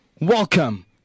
welcome